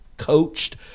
coached